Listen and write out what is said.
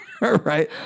Right